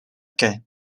què